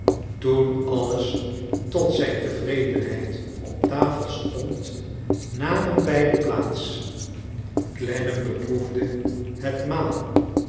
toen alles tot zijn tevredenheid op tafel stond namen beiden plaats clennam beproefde het maal